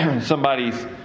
somebody's